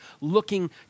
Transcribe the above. looking